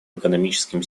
экономическим